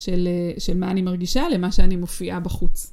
של מה אני מרגישה למה שאני מופיעה בחוץ.